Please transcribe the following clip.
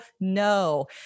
no